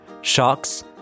Sharks